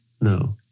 No